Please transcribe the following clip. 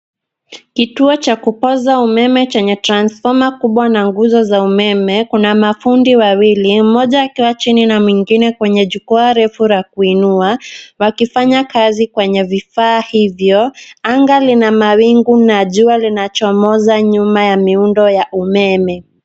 Kituo cha kupoza umeme chenye transfoma kubwa na nguzo za umeme. Kuna mafundi wawili, mmoja akiwa chini na mwingine kwenye jukwaa refu la kuinua, wakifanya kazi kwenye vifaa hivyo. Anga lina mawingu na jua linachomoza nyuma ya miundo ya umeme.